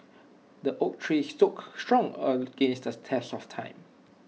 the oak tree stood strong against the test of time